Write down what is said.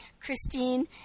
Christine